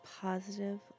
positive